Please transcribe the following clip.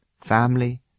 family